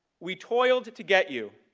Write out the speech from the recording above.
we toiled to get you,